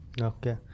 Okay